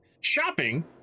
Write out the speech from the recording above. Shopping